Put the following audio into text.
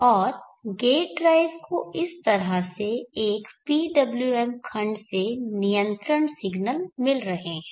और gate drive को इस तरह से एक PWM खंड से नियंत्रण सिग्नल मिल रहे हैं